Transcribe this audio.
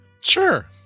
Sure